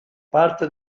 parte